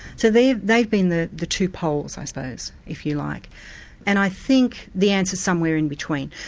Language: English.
so they've they've been the the two poles i suppose if you like and i think the answer's somewhere in between.